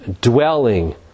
dwelling